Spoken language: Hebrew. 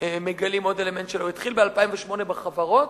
מגלים עוד אלמנט שלו: הוא התחיל ב-2008 בחברות